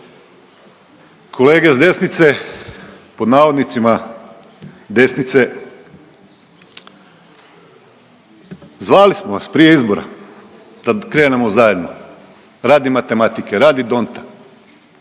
Kolege s desnice pod navodnicima desnice zvali smo vas prije izbora da krenemo zajedno radi matematike radi donta.